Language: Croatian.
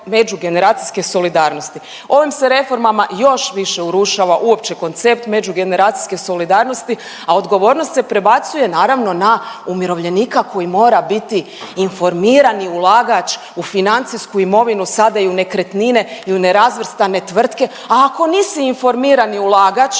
međugeneracijske solidarnosti. Ovim se reformama još više urušava uopće koncept međugeneracijske solidarnosti, a odgovornost se prebacuje naravno na umirovljenika koji mora biti informirani ulagač u financijsku imovinu, sada i u nekretnine i u nerazvrstane tvrtke, a ako nisi informirani ulagač